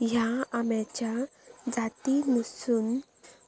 हया आम्याच्या जातीनिसून